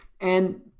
And-